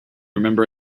remember